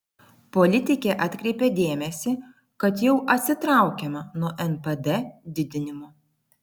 politikė atkreipė dėmesį kad jau atsitraukiama nuo npd didinimo